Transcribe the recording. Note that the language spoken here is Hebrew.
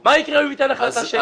מה יקרה אם הוא יקבל החלטה שאין צורך?